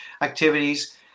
activities